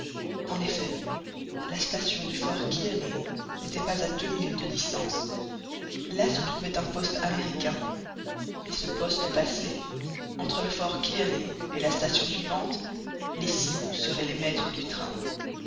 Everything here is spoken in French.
en effet la station du fort kearney n'était pas à deux milles de distance là se trouvait un poste américain mais ce poste passé entre le fort kearney et la station suivante les sioux seraient les maîtres du train